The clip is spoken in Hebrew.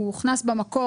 הוא הוכנס במקור,